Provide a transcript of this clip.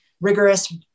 rigorous